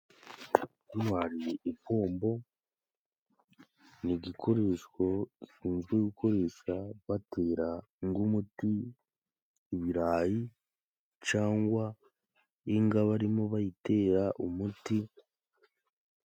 Hano hari ipombo: ni igikoreshwo gikunzwe gukoreshwa batera ng' umuti ibirayi cangwa inga barimo bayitera umuti.